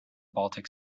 baltic